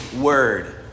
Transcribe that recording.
word